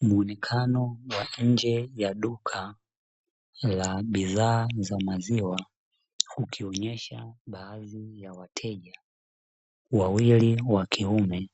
Muonekano wa nje ya duka la bidhaa za maziwa ukionyesha baadhi ya wateja, wawili wa kiume